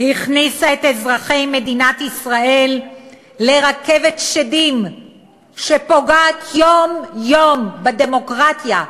הכניסה את אזרחי מדינת ישראל לרכבת שדים שפוגעת יום-יום בדמוקרטיה,